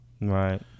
Right